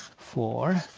four,